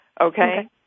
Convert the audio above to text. okay